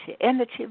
energy